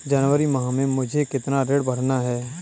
जनवरी माह में मुझे कितना ऋण भरना है?